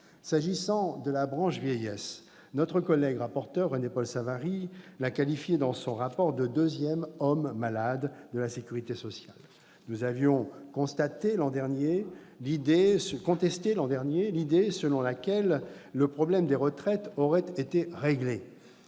S'agissant de la branche vieillesse, notre collègue rapporteur René-Paul Savary l'a qualifiée dans son rapport de deuxième « homme malade » de la sécurité sociale. Nous avions contesté, l'an dernier, l'idée selon laquelle le problème des retraites aurait été réglé.